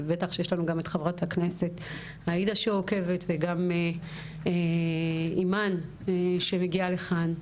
בטח שיש לך גם את חברת הכנסת עאידה שעוקבת וגם אימאן שמגיעה לכאן.